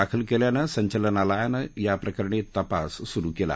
दाखल केल्यानं संचालनालयानं याप्रकरणी तपास सुरु केला